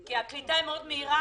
כי הקליטה מהירה.